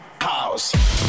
house